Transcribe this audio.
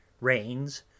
rains